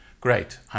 Great